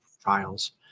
trials